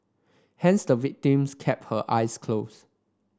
hence the victim kept her eyes closed